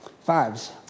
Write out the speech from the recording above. Fives